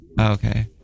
Okay